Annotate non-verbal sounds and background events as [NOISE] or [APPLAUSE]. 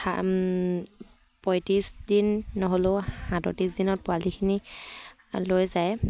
[UNINTELLIGIBLE] পঁয়ত্ৰিছ দিন নহ'লেও সাতত্ৰিছ দিনত পোৱালিখিনি লৈ যায়